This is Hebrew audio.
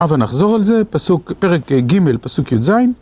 הבה נחזור על זה פסוק פרק ג' פסוק י'ז